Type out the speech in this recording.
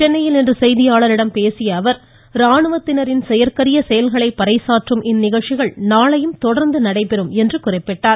சென்னையில் இன்று செய்தியாளர்களிடம் பேசிய அவர் ராணுவத்தினரின் செயற்கரிய செயல்களை பறைசாற்றும் நிகழ்ச்சிகள் நாளையும் தொடர்ந்து நடைபெறும் என்று குறிப்பிட்டார்